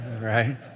right